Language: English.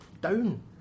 down